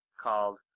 called